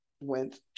went